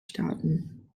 starten